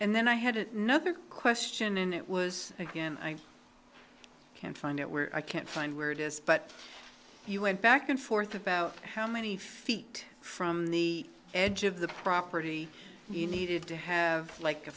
and then i had a nother question and it was again i i can't find it where i can't find where it is but you went back and forth about how many feet from the edge of the property you needed to have like a